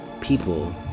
people